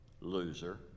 loser